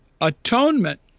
atonement